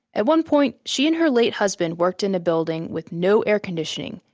at one point, she and her late husband worked in a building with no air conditioning,